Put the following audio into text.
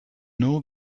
know